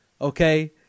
okay